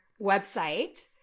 website